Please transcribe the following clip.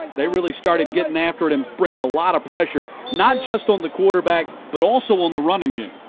they really started getting after it and bringing a lot of pressure. not just on the quarterback, but also on the running game.